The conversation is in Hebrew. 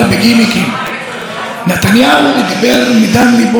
להיסטוריה ולמסורת גם.